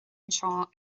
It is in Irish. anseo